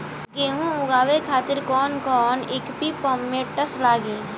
गेहूं उगावे खातिर कौन कौन इक्विप्मेंट्स लागी?